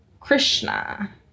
Krishna